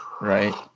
right